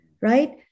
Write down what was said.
right